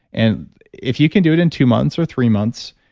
and if you can do it in two months or three months,